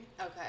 Okay